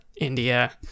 India